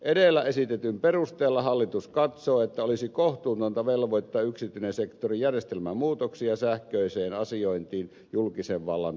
edellä esitetyn perusteella hallitus katsoo että olisi kohtuutonta velvoittaa yksityinen sektori järjestelmämuutoksiin ja sähköiseen asiointiin julkisen vallan toteuttamiseksi